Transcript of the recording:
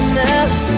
now